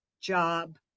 job